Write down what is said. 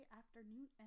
afternoon